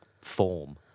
form